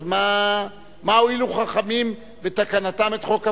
אז מה הועילו חכמים בתקנתם את חוק הווד"ל?